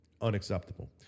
unacceptable